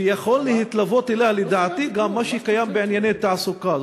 שיכול להתלוות אליה לדעתי גם מה שקיים בענייני תעסוקה.